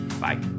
bye